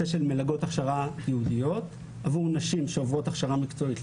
מלגות הכשרה ייעודיות עבור נשים שעוברות הכשרה מקצועיות.